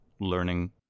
learning